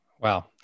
Wow